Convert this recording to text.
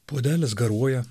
puodelis garuoja